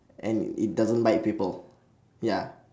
and it doesn't bite people